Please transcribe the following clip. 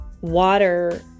water